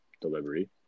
delivery